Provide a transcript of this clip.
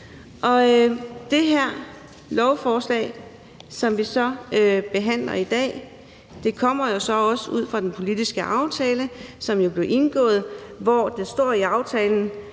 Det her lovforslag, som vi behandler i dag, kommer også fra den politiske aftale, som blev indgået. Der står i aftalen,